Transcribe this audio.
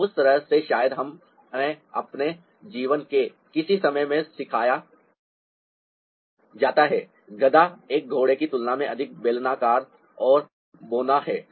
तो उस तरह से शायद हमें अपने जीवन के किसी समय में सिखाया जाता है गधा एक घोड़े की तुलना में अधिक बेलनाकार और बौना है